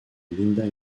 linda